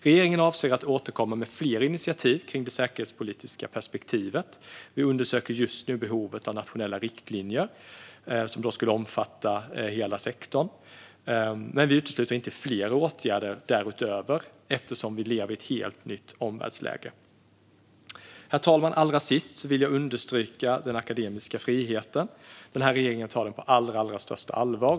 Regeringen avser att återkomma med fler initiativ om det säkerhetspolitiska perspektivet. Vi undersöker just nu behovet av nationella riktlinjer som ska omfatta hela sektorn. Men vi utesluter inte fler åtgärder därutöver eftersom vi lever i ett helt nytt omvärldsläge. Herr talman! Allra sist vill jag understryka den akademiska friheten. Regeringen tar frågan på allra största allvar.